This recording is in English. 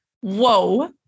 Whoa